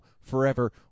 forever